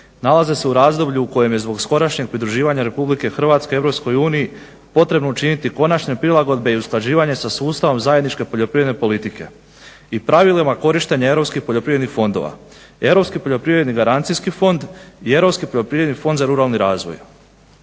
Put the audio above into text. nalaze se u razdoblju u kojem je zbog skorašnjeg pridruživanja RH EU potrebno učiniti konačne prilagodbe i usklađivanje sa sustavom zajedničke poljoprivredne politike i pravilima korištenja Europskih poljoprivrednih fondova. Europski poljoprivredni garancijski fond i Europski poljoprivredni fond za ruralni razvoj.